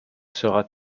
sera